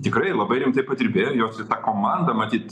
tikrai labai rimtai padirbėjo jos į tą komandą matyt